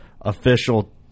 official